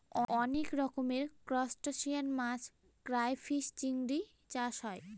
অনেক রকমের ত্রুসটাসিয়ান মাছ ক্রাইফিষ, চিংড়ি চাষ হয়